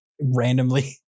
randomly